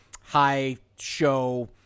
high-show